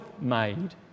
made